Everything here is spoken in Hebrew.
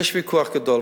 יש ויכוח גדול,